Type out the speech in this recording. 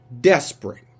desperate